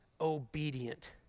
obedient